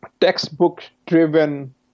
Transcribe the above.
textbook-driven